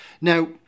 Now